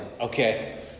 Okay